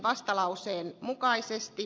kannatan ed